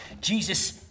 Jesus